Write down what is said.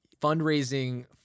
fundraising